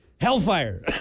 Hellfire